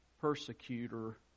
persecutor